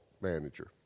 manager